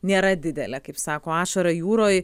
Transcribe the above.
nėra didelė kaip sako ašara jūroj